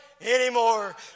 anymore